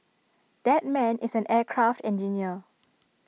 that man is an aircraft engineer